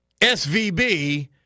SVB